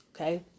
Okay